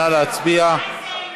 נא להצביע.